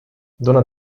dona